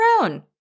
own